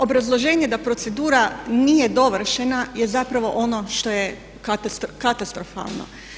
Obrazloženje da procedure nije dovršena je zapravo ono što je katastrofalno.